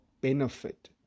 benefit